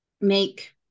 make